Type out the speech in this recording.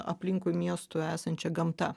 aplinkui miestų esančia gamta